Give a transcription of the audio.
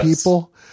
people